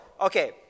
okay